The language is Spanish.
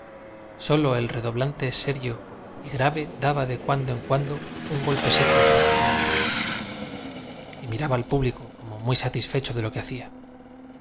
solo el redo blante serio y grave daba de cuando en cuando un golpe seco en su instrumento y miraba al público como muy satisfecho de lo que hacía